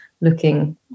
looking